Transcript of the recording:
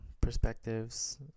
perspectives